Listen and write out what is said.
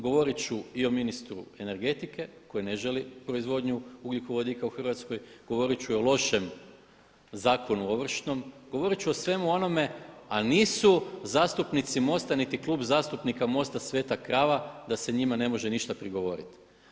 Govoriti ću i o ministru energetike koji ne želi proizvodnju ugljikovodika u Hrvatskoj, govoriti ću o lošem zakonu Ovršnom, govoriti ću o svemu onome a nisu zastupnici MOST-a niti Klub zastupnika MOST-a sveta krava da se njima ne može ništa prigovoriti.